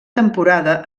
temporada